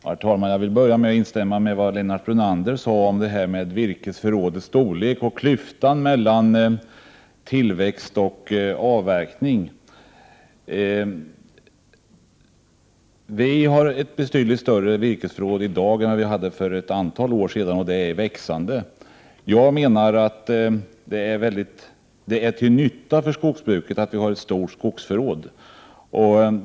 Herr talman! Jag vill börja med att instämma i vad Lennart Brunander sade om virkesförrådets storlek och klyftan mellan tillväxt och avverkning. Vi har i dag ett betydligt större virkesförråd än vad vi hade för ett antal år sedan, och virkesförrådet är i växande. Jag anser att det är till nytta för skogsbruket att vi har ett stort skogsförråd.